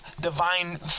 divine